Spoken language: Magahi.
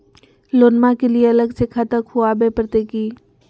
लोनमा के लिए अलग से खाता खुवाबे प्रतय की?